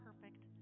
perfect